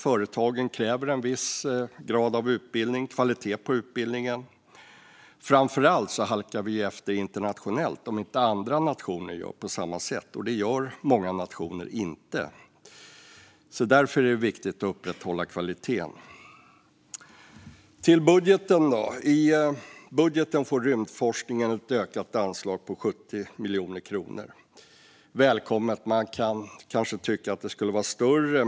Företagen kräver en viss grad av kvalitet på utbildningen. Framför allt halkar vi efter internationellt, om inte andra nationer gör på samma sätt. Och det gör många nationer inte. Därför är det viktigt att upprätthålla kvaliteten. I budgeten får rymdforskningen ett ökat anslag på 70 miljoner kronor. Det är välkommet. Man kan kanske tycka att det skulle vara större.